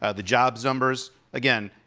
ah the jobs numbers, again,